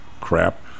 crap